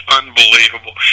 unbelievable